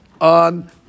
On